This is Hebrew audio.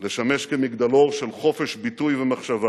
לשמש כמגדלור של חופש ביטוי ומחשבה